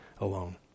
alone